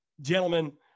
Gentlemen